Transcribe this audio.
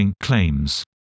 claims